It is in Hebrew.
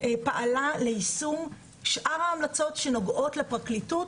פעלה ליישום שאר ההמלצות שנוגעות לפרקליטות,